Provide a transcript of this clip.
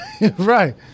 right